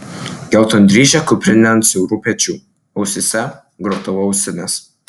geltondryžė kuprinė ant siaurų pečių ausyse grotuvo ausinės